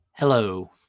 Hello